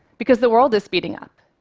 because the world is speeding up.